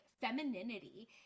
femininity